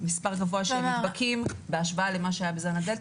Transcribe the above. מספר גבוה של נדבקים בהשוואה למה שהיה בזן הדלתא.